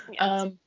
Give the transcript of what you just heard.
Yes